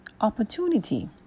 opportunity